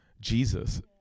jesus